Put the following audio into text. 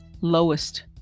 lowest